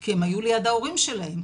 כי הם היו ליד ההורים שלהם,